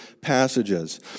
passages